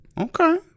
okay